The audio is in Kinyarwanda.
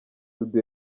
dudu